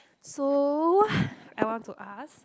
so I want to ask